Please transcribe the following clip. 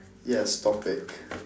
yes topic